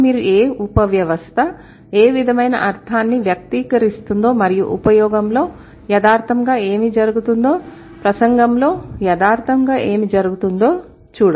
అప్పుడు మీరు ఏ ఉపవ్యవస్థ ఏ విధమైన అర్థాన్ని వ్యక్తీకరిస్తుందో మరియు ఉపయోగంలో యదార్ధంగా ఏమి జరుగుతుందో ప్రసంగంలో యదార్ధంగా ఏమి జరుగుతుందో చూడాలి